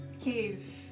cave